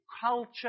culture